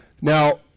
Now